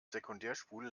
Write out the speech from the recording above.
sekundärspule